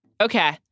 Okay